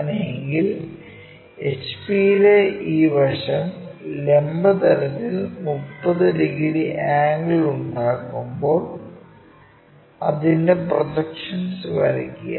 അങ്ങനെയാണെങ്കിൽ HP യിലെ ഈ വശം ലംബ തലത്തിൽ 30 ഡിഗ്രി ആംഗിൾ ഉണ്ടാക്കുമ്പോൾ അതിന്റെ പ്രോജെക്ഷൻസ് വരയ്ക്കുക